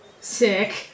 sick